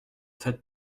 faites